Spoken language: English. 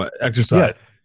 exercise